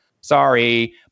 Sorry